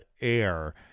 Air